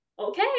okay